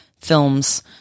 films